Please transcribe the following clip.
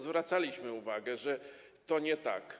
Zwracaliśmy uwagę, że to nie tak.